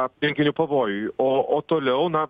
aplinkinių pavojui o o toliau na